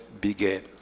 began